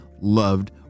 loved